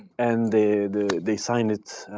and they they signed it.